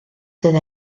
sydd